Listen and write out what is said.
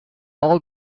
all